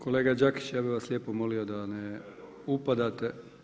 Kolega Đakić ja bih vas lijepo molio da ne upadate.